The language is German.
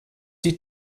die